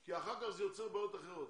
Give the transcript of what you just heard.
כי אחר כך זה יוצר בעיות אחרות,